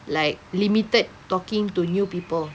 like limited talking to new people